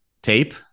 tape